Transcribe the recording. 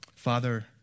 Father